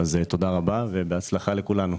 תודה רבה ובהצלחה לכולנו.